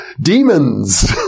demons